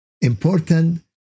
important